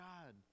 God